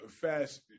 fast